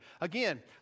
Again